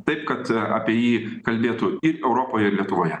taip kad apie jį kalbėtų ir europoj ir lietuvoje